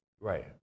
Right